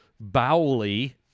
Bowley